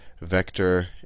vector